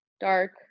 dark